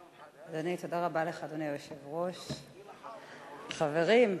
אדוני היושב-ראש, תודה רבה לך, חברים,